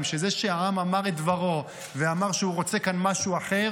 זה שהעם אמר את דברו ואמר שהוא רוצה כאן משהו אחר,